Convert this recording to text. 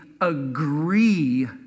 agree